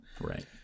Right